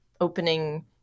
opening